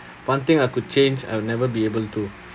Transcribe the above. one thing I could change I'll never be able to